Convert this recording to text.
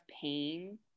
pain